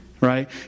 right